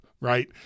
right